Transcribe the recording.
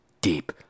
deep